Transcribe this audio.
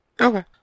Okay